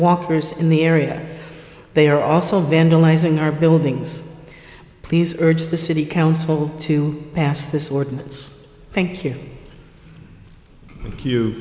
walkers in the area they are also vandalizing our buildings please urge the city council to pass this ordinance thank you